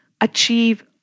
achieve